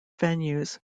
venues